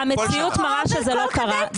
חבר הכנסת אזולאי, המציאות מראה שזה לא קרה.